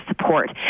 support